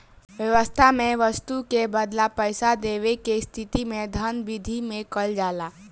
बेवस्था में बस्तु के बदला पईसा देवे के स्थिति में धन बिधि में कइल जाला